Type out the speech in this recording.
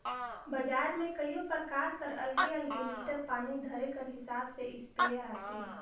बजार में कइयो परकार कर अलगे अलगे लीटर पानी धरे कर हिसाब ले इस्पेयर आथे